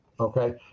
Okay